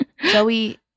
Joey